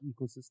ecosystem